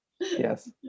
Yes